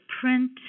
print